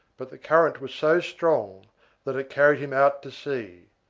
but the current was so strong that it carried him out to sea.